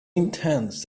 intense